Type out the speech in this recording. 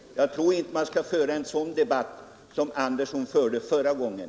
Jag tycker inte man skall föra en debatt som den herr Andersson i Ljung förde förra gången.